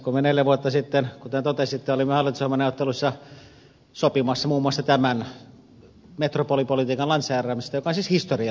kolme neljä vuotta sitten kuten totesitte olimme hallitusohjelmaneuvotteluissa sopimassa muun muassa tämän metropolipolitiikan lanseeraamisesta joka on siis historiallista